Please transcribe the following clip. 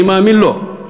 אני מאמין לו,